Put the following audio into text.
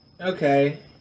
Okay